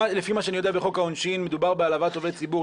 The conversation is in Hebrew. לפי מה שאני יודע בחוק העונשין מדובר בהעלבת עובד ציבור,